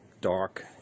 dark